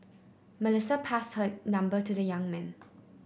Melissa passed her number to the young man